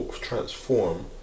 transform